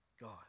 God